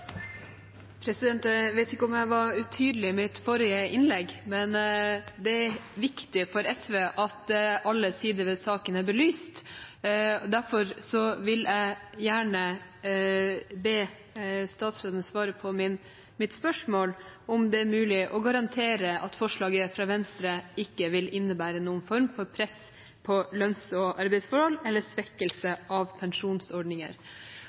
minutt. Jeg vet ikke om jeg var utydelig i mitt forrige innlegg, men det er viktig for SV at alle sider ved saken er belyst. Derfor vil jeg gjerne be statsråden svare på mitt spørsmål om det er mulig å garantere at forslaget fra Venstre ikke vil innebære noen form for press på lønns- og arbeidsforhold eller svekkelse av pensjonsordninger.